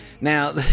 Now